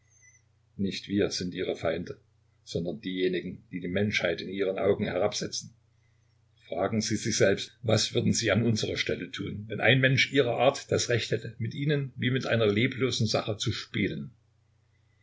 nicht wir sind ihre feinde sondern diejenigen die die menschheit in ihren augen herabsetzen fragen sie sich selbst was würden sie an unserer stelle tun wenn ein mensch ihrer art das recht hätte mit ihnen wie mit einer leblosen sache zu spielen